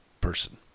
person